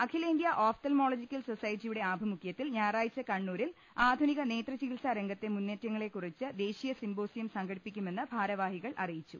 അഖിലേന്ത്യാ ophthalmological society യുടെ ആഭിമുഖ്യത്തിൽ ഞായറാഴ്ച കണ്ണൂരിൽ ആധുനിക നേത്രചികിത്സ രംഗത്തെ മുന്നേറ്റങ്ങളെ ക്കുറിച്ച് ദേശിയ സിമ്പോസിയം സംഘടിപ്പിക്കുമെന്ന് ഭാരവാഹികൾ അറിയിച്ചു